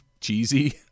cheesy